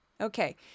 Okay